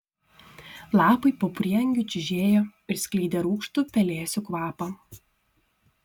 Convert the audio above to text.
lapai po prieangiu čiužėjo ir skleidė rūgštų pelėsių kvapą